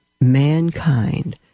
mankind